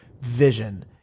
vision